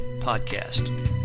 podcast